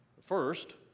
First